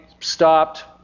stopped